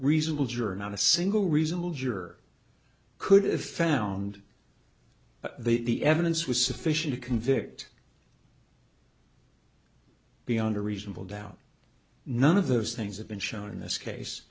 reasonable juror not a single reasonable juror could if ound the evidence was sufficient to convict beyond a reasonable doubt none of those things have been shown in this case